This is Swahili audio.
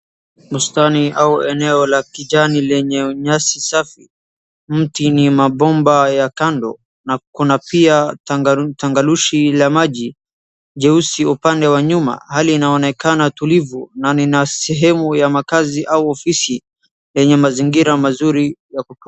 Bustani au eneo la kijani lenye nyasi safi, mti ni mabomba ya kando na kuna pia tangarushi la maji jeusi upande wa nyuma. Hali inaonekana tulivu na ni ya sehemu ya makazi au ofisi yenye mazingira mazuri.